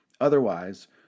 Otherwise